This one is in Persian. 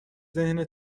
ذهن